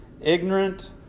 ignorant